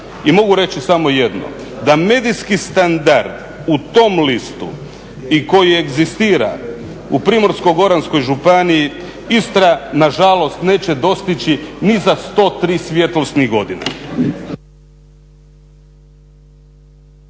I mogu reći samo jedno da medijski standard u tom listu i koji egzistira u primorsko goranskoj županiji, Istra nažalost neće dostići ni za 103 svjetlosnih godina.